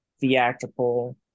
theatrical